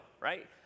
right